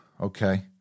Okay